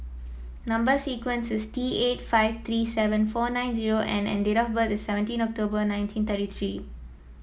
number sequence is T eight five three seven four nine zero N and date of birth is seventeen October nineteen thirty three